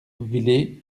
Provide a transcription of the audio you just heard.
villers